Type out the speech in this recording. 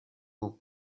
aux